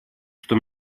что